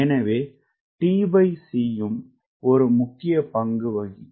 எனவே tcயும் ஒரு முக்கிய பங்கு வகிக்கும்